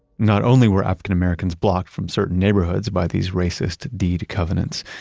not only were african-americans blocked from certain neighborhoods by these racist deed covenants,